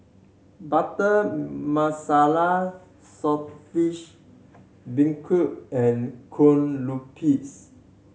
Butter Masala beancurd and kue lupis